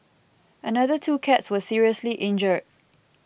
another two cats were seriously injured